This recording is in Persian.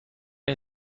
این